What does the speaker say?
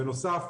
בנוסף,